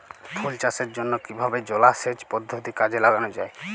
ফুল চাষের জন্য কিভাবে জলাসেচ পদ্ধতি কাজে লাগানো যাই?